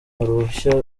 ruhushya